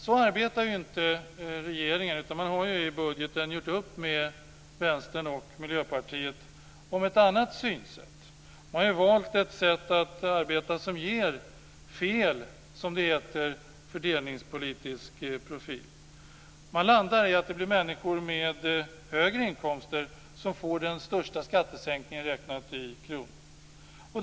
Så arbetar inte regeringen, utan man har i budgeten gjort upp med Vänstern och Miljöpartiet om ett annat synsätt. Man har valt ett sätt att arbeta som ger fel fördelningspolitisk profil, som det heter. Man landar på att det blir människor med högre inkomster som får den största skattesänkningen räknat i kronor.